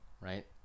right